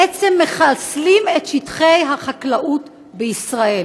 בעצם מחסלים את שטחי החקלאות בישראל.